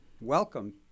welcome